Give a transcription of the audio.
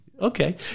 Okay